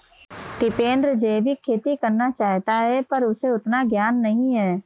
टिपेंद्र जैविक खेती करना चाहता है पर उसे उतना ज्ञान नही है